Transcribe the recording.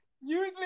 Usually